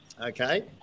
okay